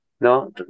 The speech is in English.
No